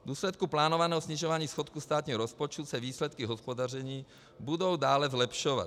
V důsledku plánovaného snižování schodku státního rozpočtu se výsledky hospodaření budou dále zlepšovat.